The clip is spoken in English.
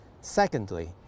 Secondly